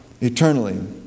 eternally